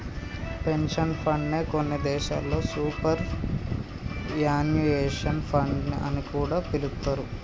pension fund నే కొన్ని దేశాల్లో సూపర్ యాన్యుయేషన్ ఫండ్ అని కూడా పిలుత్తారు